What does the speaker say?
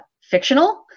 fictional